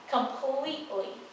Completely